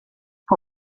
por